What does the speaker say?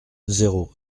zéro